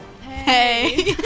Hey